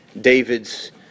David's